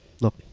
look